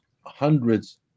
hundreds